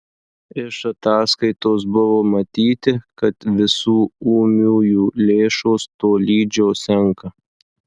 iš ataskaitos buvo matyti kad visų ūmiųjų lėšos tolydžio senka